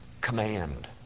command